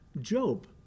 Job